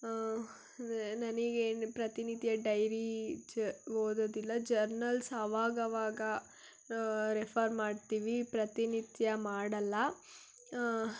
ನನಗೆ ಪ್ರತಿನಿತ್ಯ ಡೈರಿ ಜ ಓದೋದಿಲ್ಲ ಜರ್ನಲ್ಸ್ ಅವಾಗವಾಗ ರೆಫರ್ ಮಾಡ್ತೀವಿ ಪ್ರತಿನಿತ್ಯ ಮಾಡೋಲ್ಲ